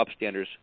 upstanders